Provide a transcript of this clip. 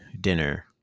dinner